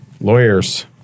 lawyers